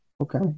okay